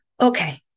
Okay